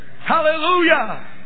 Hallelujah